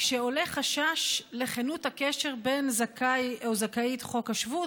כשעולה חשש לכנות הקשר בין זכאי או זכאית חוק השבות